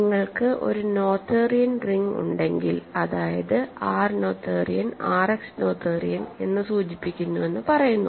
നിങ്ങൾക്ക് ഒരു Noetherian ring ഉണ്ടെങ്കിൽ അതായത് R നോതേറിയൻ RX നോതേറിയൻ എന്ന് സൂചിപ്പിക്കുന്നുവെന്ന് പറയുന്നു